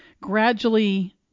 gradually